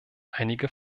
einige